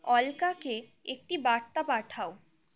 অলকাকে একটি বার্তা পাঠাও